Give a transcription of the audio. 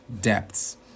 depths